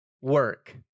work